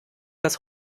das